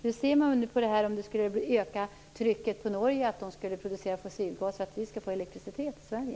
Hur ser man på att trycket ökar på Norge när det gäller att producera fossilgas, så att vi får elektricitet i Sverige?